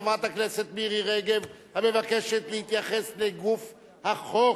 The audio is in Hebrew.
חברת הכנסת מירי רגב, המבקשת להתייחס לגוף החוק.